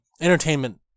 entertainment